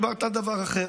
דיברת על דבר אחר,